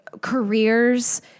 careers